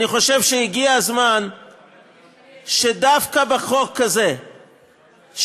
אני חושב שהגיע הזמן שדווקא בחוק הזה של